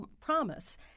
promise